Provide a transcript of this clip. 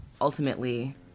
ultimately